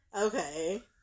Okay